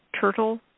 turtle